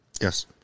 Yes